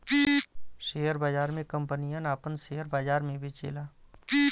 share बाजार मे कंपनियन आपन सेअर बाजार मे बेचेला